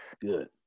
Good